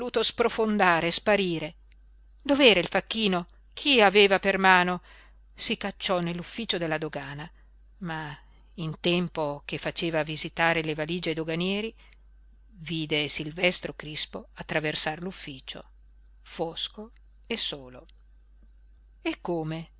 sprofondare sparire dov'era il facchino chi aveva per mano si cacciò nell'ufficio della dogana ma in tempo che faceva visitare le valige ai doganieri vide silvestro crispo attraversar l'ufficio fosco e solo e come